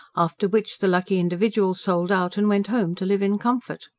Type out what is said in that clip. after which the lucky individual sold out and went home, to live in comfort.